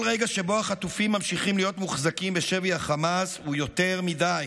כל רגע שבו החטופים ממשיכים להיות מוחזקים בשבי חמאס הוא יותר מדי,